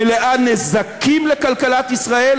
מלאה נזקים לכלכלת ישראל,